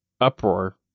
uproar